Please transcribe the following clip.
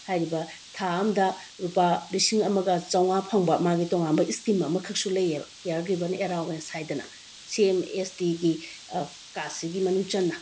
ꯍꯥꯏꯔꯤꯕ ꯊꯥ ꯑꯃꯗ ꯂꯨꯄꯥ ꯂꯤꯁꯤꯡ ꯑꯃꯒ ꯆꯃꯉꯥ ꯐꯪꯕ ꯃꯥꯒꯤ ꯇꯣꯉꯥꯟꯕ ꯏꯁꯀꯤꯝ ꯑꯃꯈꯛꯁꯨ ꯂꯩꯑꯦꯕ ꯀꯤꯌꯔ ꯒꯤꯕꯟ ꯑꯦꯂꯥꯋꯦꯟꯁ ꯍꯥꯏꯗꯅ ꯁꯤ ꯑꯦꯝ ꯑꯦꯁ ꯇꯤꯒꯤ ꯀꯥꯔꯠꯁꯤꯒꯤ ꯃꯅꯨꯡ ꯆꯟꯅ